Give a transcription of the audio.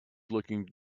looking